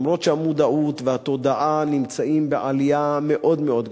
למרות שהמודעות והתודעה עולות מאוד מאוד,